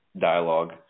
dialogue